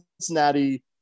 Cincinnati